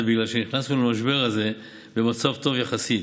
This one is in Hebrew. בגלל שנכנסנו למשבר הזה במצב טוב יחסית,